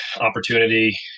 opportunity